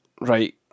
right